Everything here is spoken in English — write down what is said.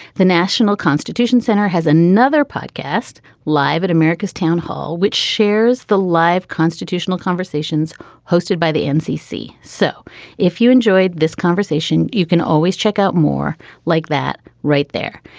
the national constitution center has another podcast live at america's town hall, which shares the live constitutional conversations hosted by the ncc. so if you enjoyed this conversation, you can always check out more like that right there.